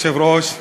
אדוני היושב-ראש,